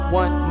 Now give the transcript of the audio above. one